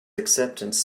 acceptance